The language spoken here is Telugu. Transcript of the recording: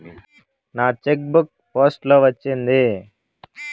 నా చెక్ బుక్ పోస్ట్ లో వచ్చింది